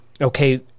okay